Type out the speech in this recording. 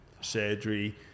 surgery